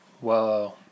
whoa